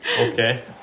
Okay